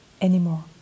anymore